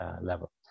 level